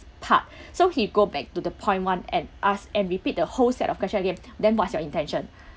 part so he go back to the point one and ask and repeat the whole set of question again then what's your intention